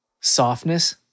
softness